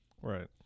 right